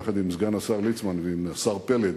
יחד עם סגן השר ליצמן ועם השר פלד,